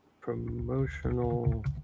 Promotional